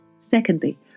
Secondly